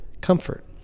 comfort